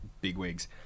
bigwigs